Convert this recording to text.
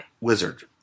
Wizard